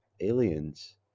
aliens